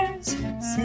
sisters